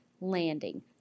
landing